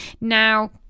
Now